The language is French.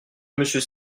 monsieur